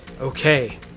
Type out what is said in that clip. Okay